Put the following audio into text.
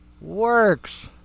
works